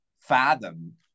fathom